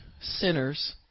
sinners